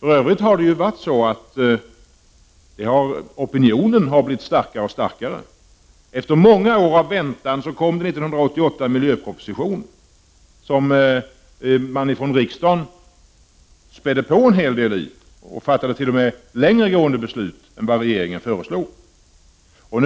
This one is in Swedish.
I övrigt har opinionen blivit starkare och starkare. Efter många år av väntan kom en miljöproposition år 1988. Från riksdagens sida spädde man på den en hel del och fattade t.o.m. längre gående beslut än regeringen föreslagit.